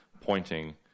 pointing